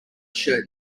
shirt